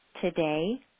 today